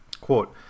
Quote